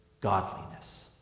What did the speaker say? godliness